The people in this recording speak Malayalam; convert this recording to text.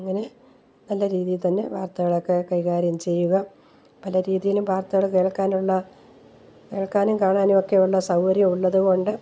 അങ്ങനെ നല്ല രീതിയിൽത്തന്നെ വർത്തകളൊക്കെ കൈകാര്യം ചെയ്യുക പല രീതിയിലും വാർത്തകൾ കേൾക്കാനുള്ള കേൾക്കാനും കാണാനും ഒക്കെയുള്ള സൗകര്യം ഉള്ളതു കൊണ്ട്